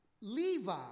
Levi